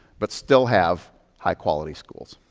but still have high quality schools.